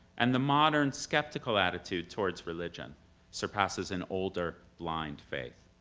and the modern skeptical attitude towards religion surpasses an older blind faith.